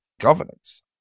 governance